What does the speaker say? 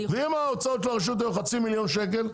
ואם ההוצאות של הרשות היו חצי מיליון שקל,